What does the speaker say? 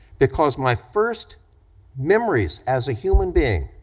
because my first memories as a human being,